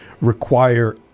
require